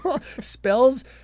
Spells